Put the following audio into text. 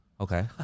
okay